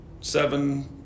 seven